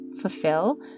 fulfill